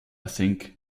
think